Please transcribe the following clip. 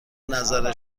نظر